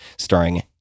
starring